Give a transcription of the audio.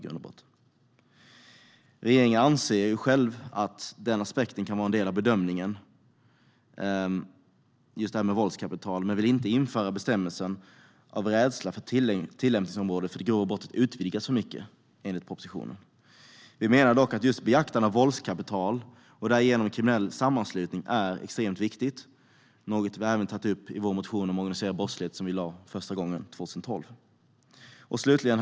Regeringen anser själv att den våldskapitalaspekten kan vara en del av bedömningen men vill inte införa bestämmelsen av rädsla för att tillämpningsområdet för det grova brottet utvidgas för mycket. Vi menar dock att just beaktande av våldskapital och därigenom en kriminell sammanslutning är extremt viktigt, och det är något vi även har tagit upp i vår motion om organiserad brottslighet som vi väckte för första gången 2012. Herr talman!